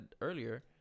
earlier